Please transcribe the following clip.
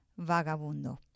Vagabundo